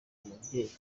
umubyeyi